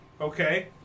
Okay